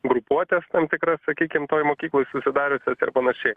grupuotes tam tikras sakykim toj mokykloj susidariusias ir panašiai